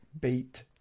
bait